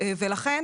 לכן,